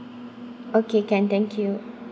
okay can thank you